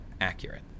accurate